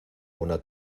una